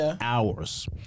hours